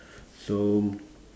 so